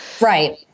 right